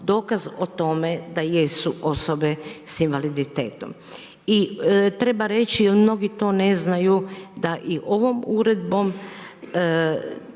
dokaz o tome da jesu osobe sa invaliditetom. I treba reći jer mnogi to ne znaju da i ovom uredbom